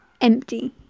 empty